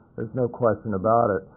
there's no question about it.